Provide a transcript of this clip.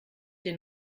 den